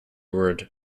word